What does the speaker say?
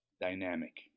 dynamic